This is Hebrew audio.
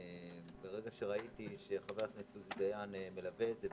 ברגע שראיתי שחבר הכנסת עוזי דיין מלווה את זה,